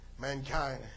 Mankind